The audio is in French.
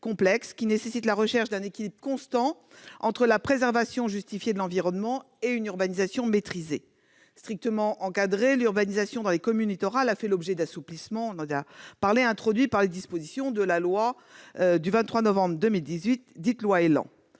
complexe, qui nécessite la recherche d'un équilibre constant entre la préservation justifiée de l'environnement et une urbanisation maîtrisée. Strictement encadrée, l'urbanisation dans les communes littorales a fait l'objet d'assouplissements, introduits par les dispositions de la loi du 23 novembre 2018, dite loi ÉLAN.